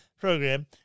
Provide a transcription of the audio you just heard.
program